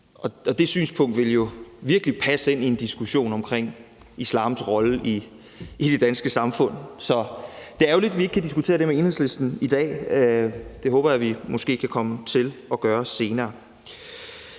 Det synspunkt ville jo virkelig passe ind i en diskussion om islams rolle i det danske samfund. Så det er ærgerligt, vi ikke kan diskutere det med Enhedslisten i dag. Det håber jeg vi måske kan komme til at gøre senere.